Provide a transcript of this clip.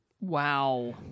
Wow